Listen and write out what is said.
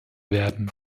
werden